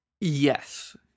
yes